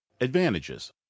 Advantages